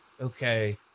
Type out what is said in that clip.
okay